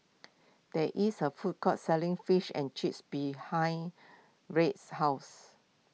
there is a food court selling Fish and Chips behind Wirt's house